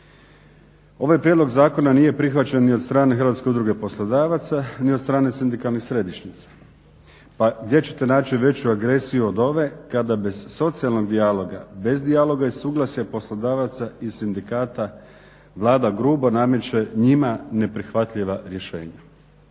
Ovaj prijedlog zakona nije prihvaćen ni od strane Hrvatske udruge poslodavaca ni od strane sindikalnih središnjica. Pa gdje ćete naći veću agresiju od ove kada bez socijalnog dijaloga, bez dijaloga i suglasja poslodavaca i sindikata Vlada grubo nameće njima neprihvatljiva rješenja.